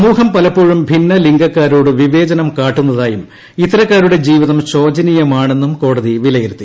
സമൂഫഫ പലപ്പോഴും ഭിന്നലിംഗക്കാരോട് വിവേചനം കാട്ടുന്നതായും ഇത്തരക്കാരുടെ ജീവിതം ശോചനീയമാണെന്നും കോടതി വിലയിരുത്തി